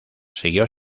siguió